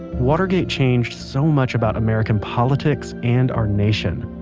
watergate changed so much about american politics and our nation.